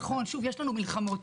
נכון, יש לנו מלחמות.